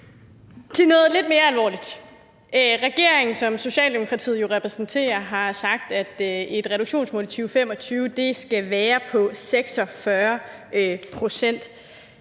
til noget lidt mere alvorligt: Regeringen, som jo repræsenteres af Socialdemokratiet, har sagt, at reduktionsmålet i 2025 skal være på 46 pct.